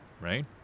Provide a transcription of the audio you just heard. right